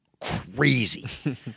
crazy